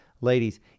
Ladies